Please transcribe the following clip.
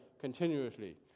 continuously